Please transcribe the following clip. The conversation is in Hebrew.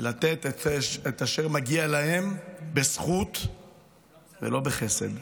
לתת את אשר מגיע להם בזכות ולא בחסד.